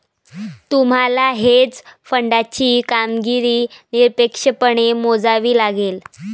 तुम्हाला हेज फंडाची कामगिरी निरपेक्षपणे मोजावी लागेल